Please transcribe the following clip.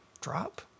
drop